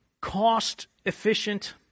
cost-efficient